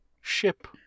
ship